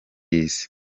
y’isi